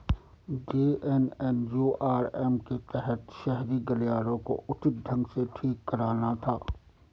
JNNURM के तहत शहरी गलियारों को उचित ढंग से ठीक कराना था